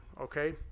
Okay